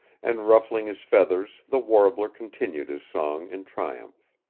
and ruffling his feathers the warbler continued his song in triumph.